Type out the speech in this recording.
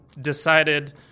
decided